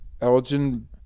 Elgin